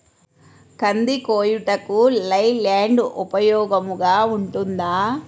కంది కోయుటకు లై ల్యాండ్ ఉపయోగముగా ఉంటుందా?